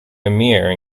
emir